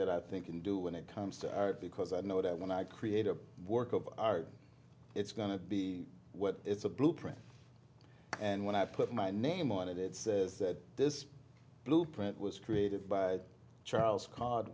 that i think in do when it comes to art because i know what i when i create a work of art it's going to be what it's a blueprint and when i put my name on it it says that this blueprint was created by charles card